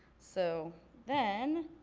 so then.